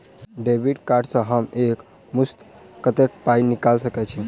Debit card सँ हम एक मुस्त कत्तेक पाई निकाल सकय छी?